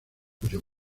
cuyo